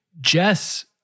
Jess